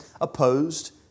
opposed